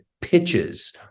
pitches